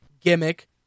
gimmick